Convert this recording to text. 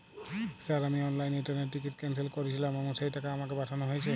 Sir আমি অনলাইনে ট্রেনের টিকিট ক্যানসেল করেছিলাম এবং সেই টাকা আমাকে পাঠানো হয়েছে?